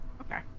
Okay